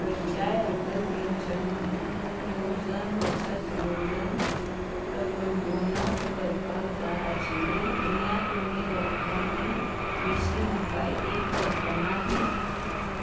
खंयच्याय अटल पेंशन येवजण बचत येवजण गुंतुण करपाक जाय आशिल्ली उण्यांत उणी रक्कमे विशीं म्हाका एक कल्पना दी